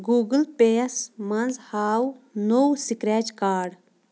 Google pay یَس منٛز ہاو نوٚو سکریچ کاڈ